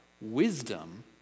Wisdom